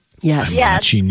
Yes